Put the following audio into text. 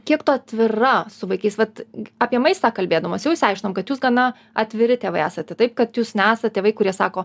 kiek tu atvira su vaikais vat apie maistą kalbėdamos jau išsiaiškinom kad jūs gana atviri tėvai esate taip kad jūs nesat tėvai kurie sako